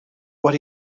what